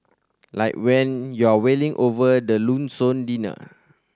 like when you're wailing over the lonesome dinner